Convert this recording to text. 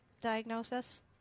diagnosis